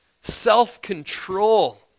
self-control